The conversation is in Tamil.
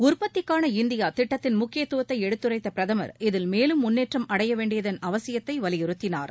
உற்பத்திக்கான இந்தியா திட்டத்தின் முக்கியத்துவத்தை எடுத்துரைத்த பிரதமர் இதில் மேலும் முன்னேற்றம் அடையவேண்டியதன் அவசியத்தை வலியுறுத்தினார்